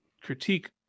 critique